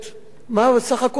מה בסך הכול עשינו?